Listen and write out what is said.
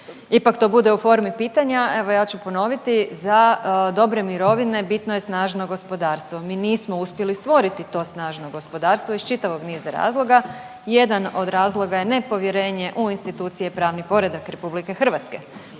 ipak to bude u formi pitanja, evo ja ću ponoviti. Za dobre mirovine bitno je snažno gospodarstvo. Mi nismo uspjeli stvoriti to snažno gospodarstvo iz čitavog niza razloga. Jedan od razloga je nepovjerenje u institucije i pravni poredak RH.